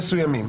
ברוב הפעמים.